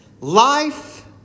Life